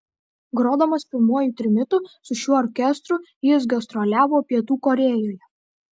grodamas pirmuoju trimitu su šiuo orkestru jis gastroliavo pietų korėjoje